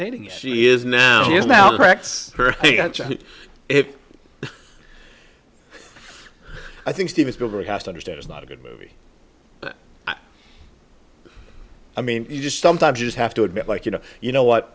dating she is now she is now corrects it i think steven spielberg has to understand it's not a good movie i mean you just sometimes you just have to admit like you know you know what